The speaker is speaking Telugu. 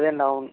అదే అండి అవును